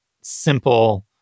simple